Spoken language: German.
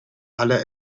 aller